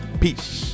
Peace